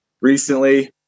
recently